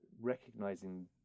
recognizing